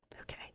Okay